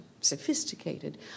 sophisticated